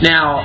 Now